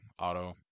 auto